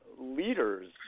leaders